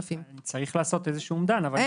צריך לעשות איזשהו אומדן --- לא,